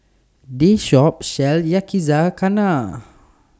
This Shop sells Yakizakana